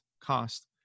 cost